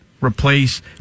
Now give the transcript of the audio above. replace